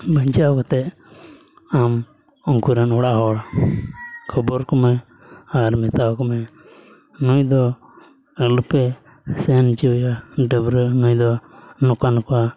ᱵᱧᱟᱪᱟᱣ ᱠᱟᱛᱮᱫ ᱟᱢ ᱩᱱᱠᱩ ᱨᱮᱱ ᱚᱲᱟᱜ ᱦᱚᱲ ᱠᱷᱚᱵᱚᱨ ᱟᱠᱚᱢᱮ ᱟᱨ ᱢᱮᱛᱟ ᱟᱠᱚᱢᱮ ᱱᱩᱭᱫᱚ ᱟᱞᱚᱯᱮ ᱥᱮᱱ ᱦᱚᱪᱚᱣᱟᱭᱟ ᱰᱟᱹᱵᱽᱨᱟᱹᱜ ᱱᱩᱭ ᱫᱚ ᱱᱚᱝᱠᱟᱼᱱᱚᱝᱠᱟ